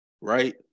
right